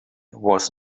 was